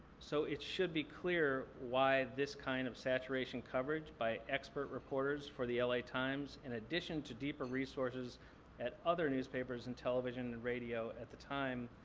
so it should be clear why this kind of saturation coverage by expert reporters for the la times, in addition to deeper resources at other newspapers and television and radio at the time,